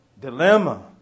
dilemma